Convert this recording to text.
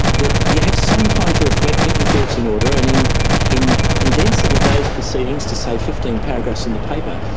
that you have some time to reflect, get your thoughts in order, and in in condensing a day's proceedings to say fifteen paragraphs in the paper,